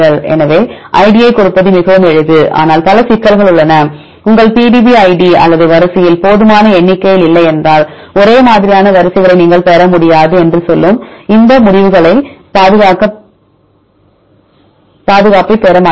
எனவே id யைக் கொடுப்பது மிகவும் எளிது ஆனால் பல சிக்கல்கள் உள்ளன உங்கள் PDB id அல்லது வரிசையில் போதுமான எண்ணிக்கையில் இல்லை என்றால் ஒரே மாதிரியான வரிசை களை நீங்கள் பெற முடியாது என்று சொல்லும் எந்த முடிவுகளையும் பாதுகாப்பைக் பெற மாட்டீர்கள்